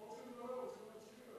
לא רוצים לדבר, רוצים להצביע.